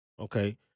Okay